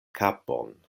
kapon